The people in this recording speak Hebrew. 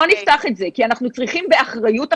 לא נפתח את זה, כי אנחנו צריכים, באחריות עכשיו,